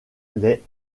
les